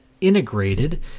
integrated